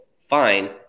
fine